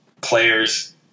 players